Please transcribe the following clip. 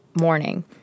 morning